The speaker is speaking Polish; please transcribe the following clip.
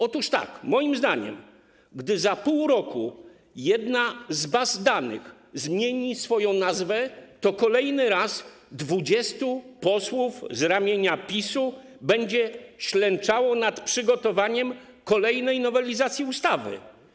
Otóż moim zdaniem gdy za pół roku jedna z baz danych zmieni swoją nazwę, to kolejny raz 20 posłów z ramienia PiS-u będzie ślęczało nad przygotowaniem kolejnej nowelizacji ustawy.